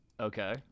Okay